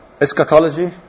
Eschatology